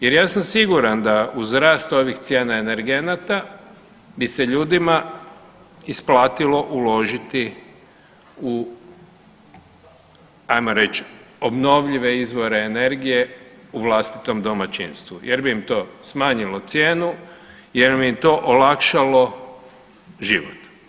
Jer ja sam siguran da uz rast ovih cijena energenata bi se ljudima isplatilo uložiti u ajmo reći obnovljive izvore energije u vlastitom domaćinstvu jer bi im to smanjilo cijenu, jer bi im to olakšalo život.